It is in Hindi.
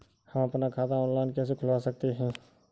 हम अपना खाता ऑनलाइन कैसे खुलवा सकते हैं?